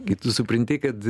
kai tu supranti kad